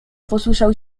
posłyszał